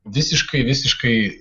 visiškai visiškai